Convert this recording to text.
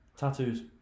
Tattoos